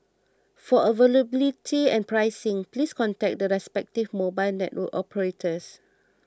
for availability and pricing please contact the respective mobile network operators